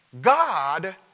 God